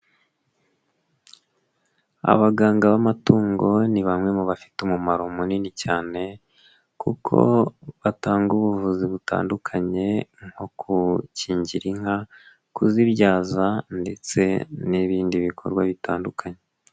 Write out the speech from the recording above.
Abaganga b'amatungo ni bamwe mu bafite umumaro munini cyane kuko batanga ubuvuzi butandukanye nko gukingira inka kuzibyaza ndetse n'ibindi bikorwa bitandukanye.